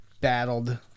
battled